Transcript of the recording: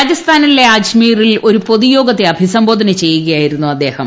രാജസ്ഥാനിലെ അജ്മീറിൽ ഒരു പൊതുയോഗത്തെ അഭിസംബോധന ചെയ്യുകയായിരുന്നു അദ്ദേഹം